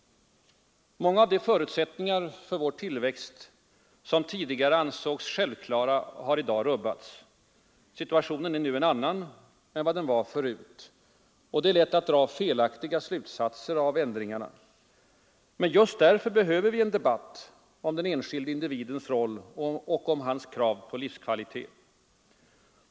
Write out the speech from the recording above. Många av de förutsättningar för vår tillväxt som tidigare ansågs självklara har i dag rubbats. Situationen är nu en annan än den var förut. Det är lätt att dra felaktiga slutsatser av ändringarna. Men just därför behöver vi en debatt om den enskilde individens roll och om hans krav på livskvalitet.